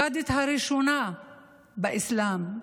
הקאדית הראשונה באסלאם,